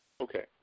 Okay